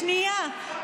שנייה,